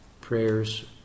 prayers